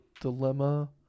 dilemma